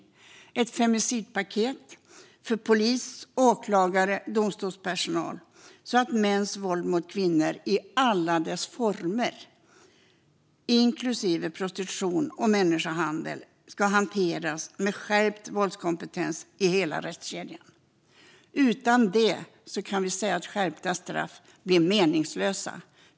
Det handlar om ett femicidpaket för polis, åklagare och domstolspersonal för att mäns våld mot kvinnor i alla dess former, inklusive prostitution och människohandel, ska kunna hanteras med skärpt våldskompetens i hela rättskedjan. Utan det blir skärpta straff meningslösa.